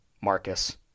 Marcus